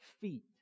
feet